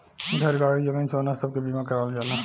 घर, गाड़ी, जमीन, सोना सब के बीमा करावल जाला